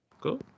Cool